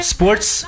Sports